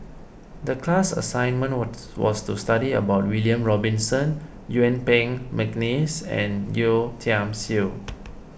the class assignment what's was to study about William Robinson Yuen Peng McNeice and Yeo Tiam Siew